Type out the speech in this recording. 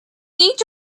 need